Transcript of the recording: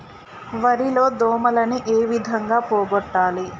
వరి లో దోమలని ఏ విధంగా పోగొట్టాలి?